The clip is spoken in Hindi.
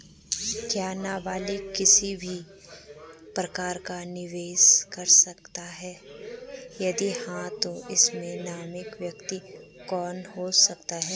क्या नबालिग किसी भी प्रकार का निवेश कर सकते हैं यदि हाँ तो इसमें नामित व्यक्ति कौन हो सकता हैं?